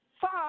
five